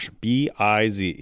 BIZ